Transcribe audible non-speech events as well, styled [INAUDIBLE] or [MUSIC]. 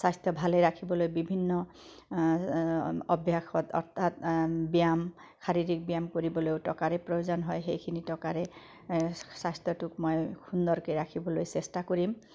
স্বাস্থ্য ভালে ৰাখিবলৈ বিভিন্ন অভ্যাস [UNINTELLIGIBLE] ব্যায়াম শাৰীৰিক ব্যায়াম কৰিবলৈও টকাৰে প্ৰয়োজন হয় সেইখিনি টকাৰে স্বাস্থ্যটোক মই সুন্দৰকে ৰাখিবলৈ চেষ্টা কৰিম